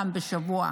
פעם בשבוע.